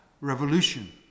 revolution